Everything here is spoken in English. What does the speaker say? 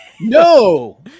No